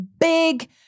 big